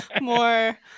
more